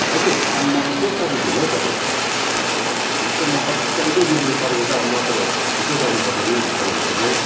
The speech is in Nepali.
दाजु आम्मम के साह्रो ढिलो हौ तपाईँ त हेर्नुहोस् त म कत कहिलेदेखि पर्खेको अब म त छिट्टो जानुपर्छ नि ढिलो भइसक्यो